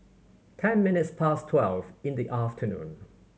ten minutes past twelve in the afternoon